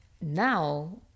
now